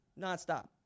nonstop